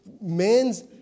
man's